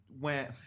went